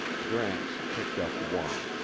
gramps picked up one.